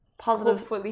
Positive